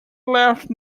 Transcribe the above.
left